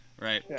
right